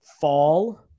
fall